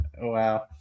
Wow